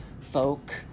folk